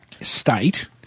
state